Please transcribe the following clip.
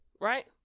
right